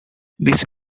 this